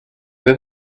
this